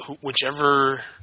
whichever